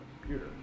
computer